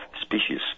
species